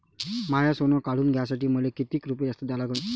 माय सोनं काढून घ्यासाठी मले कितीक रुपये जास्त द्या लागन?